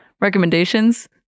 recommendations